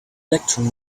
electron